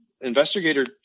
investigator